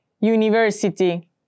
university